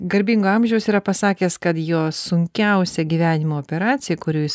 garbingo amžiaus yra pasakęs kad jo sunkiausią gyvenimo operaciją kuris